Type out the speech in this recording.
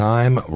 Time